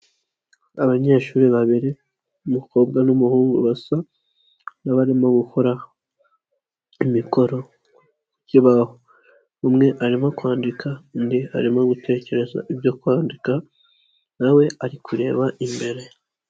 Abanyeshuri babiri umukobwa n'umuhungu basa n'abarimo gukora imikoro ku kibaho, umwe arimo kwandika, undi arimo gutekereza ibyo kwandika na we ari kureba imbere.